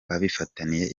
bafitaniye